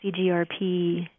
CGRP